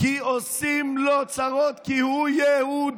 כי עושים לו צרות כי הוא יהודי.